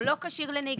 או לא כשיר לנהיגה.